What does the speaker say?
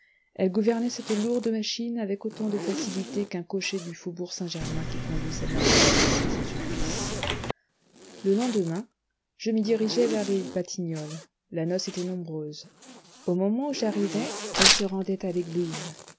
elle gouvernait cette lourde machine avec autant de facilité qu'un cocher du faubourg saint-germain qui conduit sa noble maîtresse à saint-sulpice le lendemain je me dirigeai vers les batignolles la noce était nombreuse au moment où j'arrivais elle se rendait à l'église